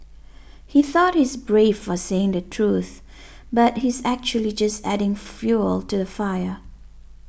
he thought he's brave for saying the truth but he's actually just adding fuel to the fire